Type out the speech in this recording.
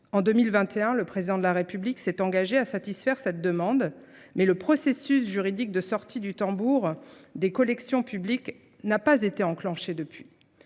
En 2021, le président de la République s'est engagé à satisfaire cette demande, mais le processus juridique de sortie du tambour des collections publiques n'a pas été enclenché depuis.